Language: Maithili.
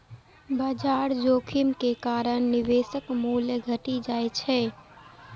बाजार जोखिम के कारण निवेशक मूल्य घटि जाइ छै